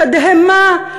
תדהמה,